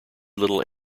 little